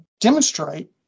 demonstrate